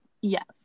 Yes